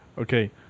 Okay